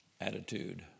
attitude